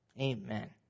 Amen